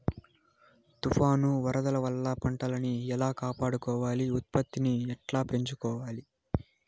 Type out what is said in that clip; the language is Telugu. తుఫాను, వరదల వల్ల పంటలని ఎలా కాపాడుకోవాలి, ఉత్పత్తిని ఎట్లా పెంచుకోవాల?